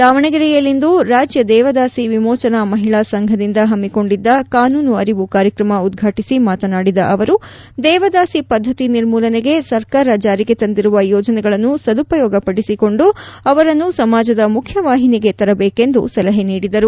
ದಾವಣಗೆರೆಯಲ್ಲಿಂದು ರಾಜ್ಯ ದೇವದಾಸಿ ವಿಮೋಚನಾ ಮಹಿಳಾ ಸಂಘದಿಂದ ಹಮ್ಸಿಕೊಂಡಿದ್ದ ಕಾನೂನು ಅರಿವು ಕಾರ್ಯಕ್ರಮ ಉದ್ವಾಟಿಸಿ ಮಾತನಾಡಿದ ಅವರು ದೇವದಾಸಿ ಪದ್ದತಿ ನಿರ್ಮೂಲನೆಗೆ ಸರ್ಕಾರ ಜಾರಿಗೆ ತೆಂದಿರುವ ಯೋಜನೆಗಳನ್ನು ಸದುಪಯೋಗಪಡಿಸಿಕೊಂಡು ಅವರನ್ನು ಸಮಾಜದ ಮುಖ್ಯ ವಾಹಿನಿಗೆ ತರಬೇಕೆಂದು ಸಲಹೆ ನೀಡಿದರು